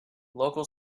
local